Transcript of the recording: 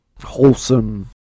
wholesome